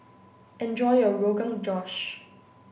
enjoy your Rogan Josh